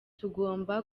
tugomba